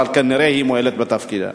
אבל כנראה היא מועלת בתפקידה.